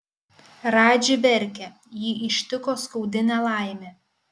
radži verkia jį ištiko skaudi nelaimė